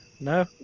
no